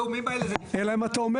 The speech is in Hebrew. אי אפשר.